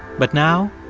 but now